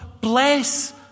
bless